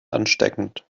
ansteckend